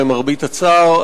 למרבה הצער.